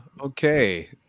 Okay